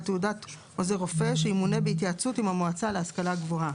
תעודת עוזר רופא שימונה בהתייעצות עם המועצה להשכלה גבוהה.